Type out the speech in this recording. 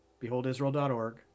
beholdisrael.org